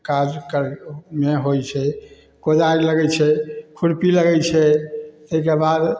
काज करैमे होइ छै कोदारि लगै छै खुरपी लगै छै ताहिके बाद